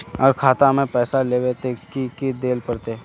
अगर खाता में पैसा लेबे ते की की देल पड़ते?